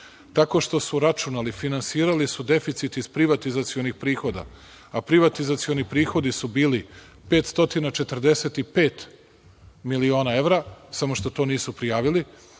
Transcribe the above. Tako što su računali, finansirali su deficit iz privatizacionih prihoda, a privatizacioni prihodi su bili 545 miliona evra, samo što to nisu prijavili,